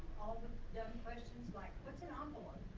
dumb questions like, what's an um envelope?